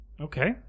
Okay